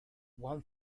one